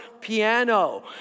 piano